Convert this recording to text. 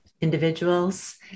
individuals